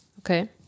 okay